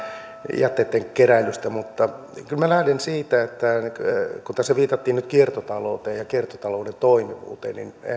jätteitten keräilystä mutta kyllä minä lähden siitä että kun tässä viitattiin nyt kiertotalouteen ja kiertotalouden toimivuuteen niin